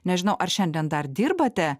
nežinau ar šiandien dar dirbate